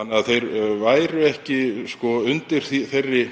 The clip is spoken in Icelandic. þannig að þeir væru ekki undir þeirri